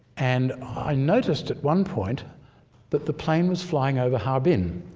and i noticed at one point that the plane was flying over harbin.